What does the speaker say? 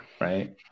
right